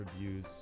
reviews